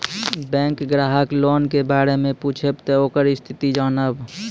Bank ग्राहक loan के बारे मैं पुछेब ते ओकर स्थिति जॉनब?